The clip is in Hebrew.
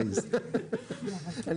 אני